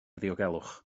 ddiogelwch